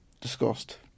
discussed